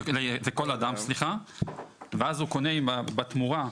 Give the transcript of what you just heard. ואז הוא קונה בתמורה,